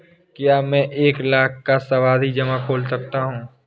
क्या मैं एक लाख का सावधि जमा खोल सकता हूँ?